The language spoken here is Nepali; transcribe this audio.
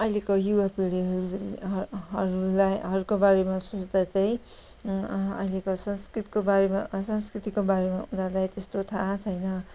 अहिलेको युवा पिँढीहरू बारेमा सोच्दा चाहिँ अहिलेको सँस्कृतको बारेमा सँस्कृतिको बारेमा उनीहरूलाई त्यस्तो थाहा छैन